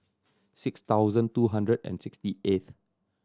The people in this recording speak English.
six thousand two hundred and sixty eighth